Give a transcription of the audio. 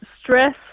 stress